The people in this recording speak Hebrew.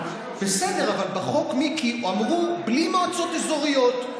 בסדר, אבל בחוק, מיקי, אמרו בלי מועצות אזוריות.